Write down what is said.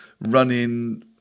running